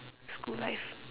school life